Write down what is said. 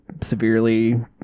severely